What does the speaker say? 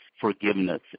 forgiveness